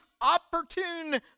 opportune